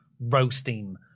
roasting